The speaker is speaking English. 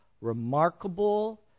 remarkable